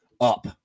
up